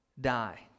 die